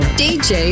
dj